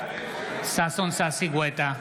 גואטה,